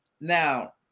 now